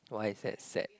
why is that sad